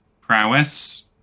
prowess